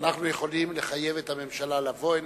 אנחנו יכולים לחייב את הממשלה לבוא הנה,